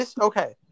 Okay